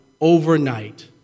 overnight